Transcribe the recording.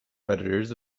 predators